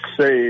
say